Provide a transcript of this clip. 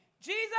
Jesus